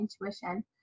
intuition